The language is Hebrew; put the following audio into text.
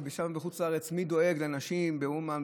ושם בחוץ לארץ מי דואג לאנשים באומן,